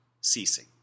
ceasing